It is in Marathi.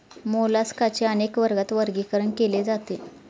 मोलास्काचे अनेक वर्गात वर्गीकरण केले जाते